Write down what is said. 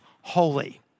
holy